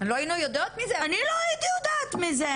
אני לא הייתי יודעת מזה.